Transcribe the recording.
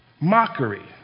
mockery